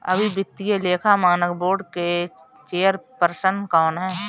अभी वित्तीय लेखा मानक बोर्ड के चेयरपर्सन कौन हैं?